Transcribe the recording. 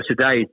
today